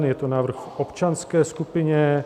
Je to návrh v občanské skupině.